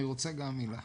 אני רוצה גם מילה.